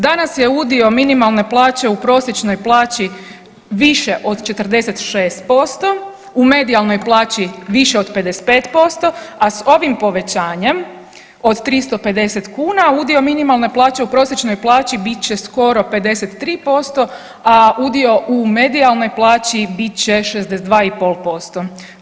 Danas je udio minimalne plaće u prosječnoj plaći više od 46%, u medijalnoj plaći više od 55%, a s ovim povećanjem od 350 kuna udio minimalne plaća u prosječnoj plaći bit će skoro 53%, a udio u medijalnoj plaći 62,5%